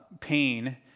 pain